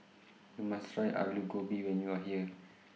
YOU must Try Alu Gobi when YOU Are here